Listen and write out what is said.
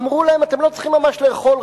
אמרו להם: אתם לא צריכים ממש לאכול,